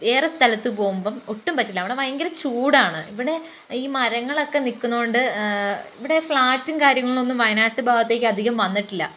വേറെ സ്ഥലത്ത് പോവുമ്പം ഒട്ടും പറ്റില്ല അവിടെ ഭയങ്കര ചൂടാണ് ഇവിടെ ഈ മരങ്ങളൊക്കെ നിക്കുന്നോണ്ട് ഇവിടെ ഫ്ലാറ്റും കാര്യങ്ങളൊന്നും വയനാട്ട് ഭാഗത്തേക്ക് അധികം വന്നിട്ടില്ല